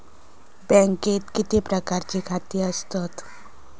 बँकेत किती प्रकारची खाती असतत?